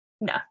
No